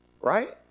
right